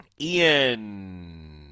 Ian